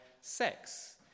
sex